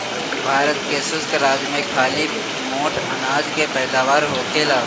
भारत के शुष्क राज में खाली मोट अनाज के पैदावार होखेला